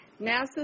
NASA